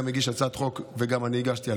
הוא הגיש הצעת חוק על כך וגם אני הגשתי.